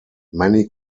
many